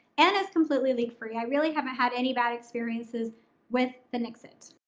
and it's completely leak free. i really haven't had any bad experiences with the nixit.